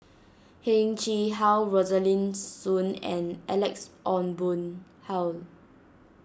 Heng Chee How Rosaline Soon and Alex Ong Boon Hau